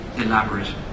elaborate